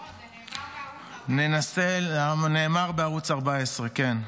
בוא, זה נאמר בערוץ 14. זה נאמר בערוץ 14. כן.